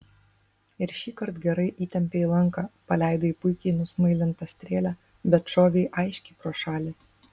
ir šįkart gerai įtempei lanką paleidai puikiai nusmailintą strėlę bet šovei aiškiai pro šalį